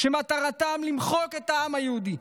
על כך שמטרתם היא למחוק את העם היהודי,